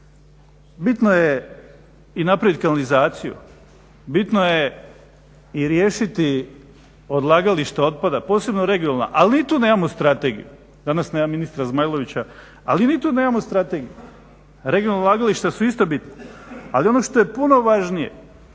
bitno je napraviti i kanalizaciju, bitno je riješiti odlagališta posebno regionalna, ali ni tu nemamo strategiju. Danas nema ministra Zmajlovića, ali ni tu nemamo strategiju. Regionalna odlagališta su isto bitna. Ali ono što je puno važnije